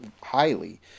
highly